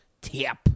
Tip